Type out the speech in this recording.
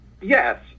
Yes